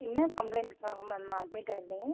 என்ன கம்ப்ளைண்ட்டுக்காக ma'am admit ஆகிருந்திங்க